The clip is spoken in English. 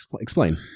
Explain